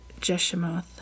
Jeshemoth